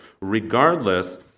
regardless